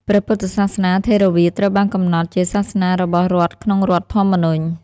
ព្រះពុទ្ធសាសនាថេរវាទត្រូវបានកំណត់ជាសាសនារបស់រដ្ឋក្នុងរដ្ឋធម្មនុញ្ញ។